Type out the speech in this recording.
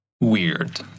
Weird